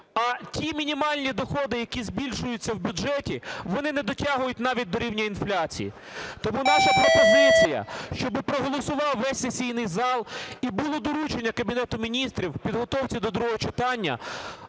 а ті мінімальні доходи, які збільшуються в бюджеті, вони не дотягують навіть до рівня інфляції. Тому наша пропозиція, щоб проголосував увесь сесійний зал і було доручення Кабінету Міністрів у підготовці до другого читання